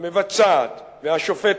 המבצעת והשופטת,